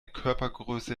körpergröße